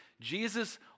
Jesus